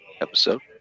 episode